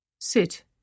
Sit